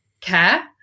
care